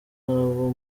abo